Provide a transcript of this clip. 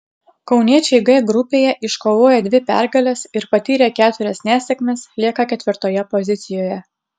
kauniečiai g grupėje iškovoję dvi pergales ir patyrę keturias nesėkmes lieka ketvirtoje pozicijoje